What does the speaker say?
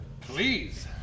Please